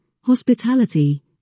Hospitality